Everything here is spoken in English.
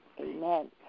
Amen